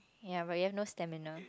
ya but then no stamina